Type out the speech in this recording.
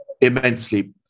immensely